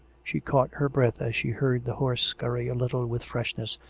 she caught her breath as she heard the horse scurry a little with freshness,